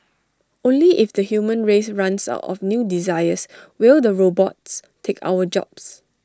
only if the human race runs out of new desires will the robots take our jobs